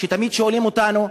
שתמיד שואלים אותנו,